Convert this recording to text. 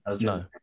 No